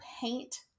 paint